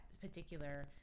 particular